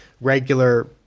regular